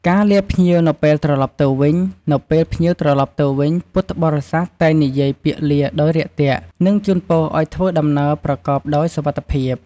ការទទួលភ្ញៀវមកពីចម្ងាយ គឺជាកិច្ចការរួមគ្នារវាង ព្រះសង្ឃ ដែលផ្ដល់នូវសេចក្តីស្វាគមន៍ផ្នែកស្មារតី និងពរជ័យ និង ពុទ្ធបរិស័ទ ដែលអនុវត្តកិច្ចការបដិសណ្ឋារកិច្ចជាក់ស្ដែង។